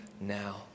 now